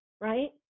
right